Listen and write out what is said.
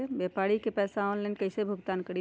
व्यापारी के पैसा ऑनलाइन कईसे भुगतान करी?